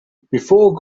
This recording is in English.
before